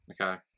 Okay